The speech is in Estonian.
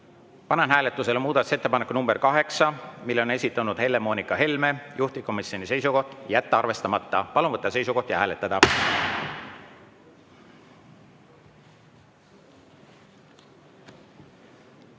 Aitäh! Panen hääletusele muudatusettepaneku nr 8, mille on esitanud Helle-Moonika Helme, juhtivkomisjoni seisukoht: jätta arvestamata. Palun võtta seisukoht ja hääletada!